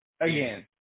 Again